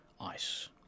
Ice